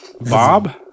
Bob